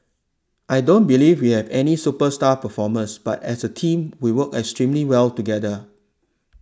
I don't believe we have any superstar performers but as a team we work extremely well together